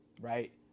right